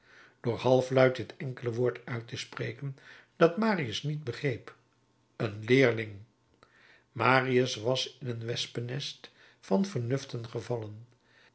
door halfluid dit enkele woord uit te spreken dat marius niet begreep een leerling marius was in een wespennest van vernuften gevallen